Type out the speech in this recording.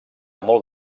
molt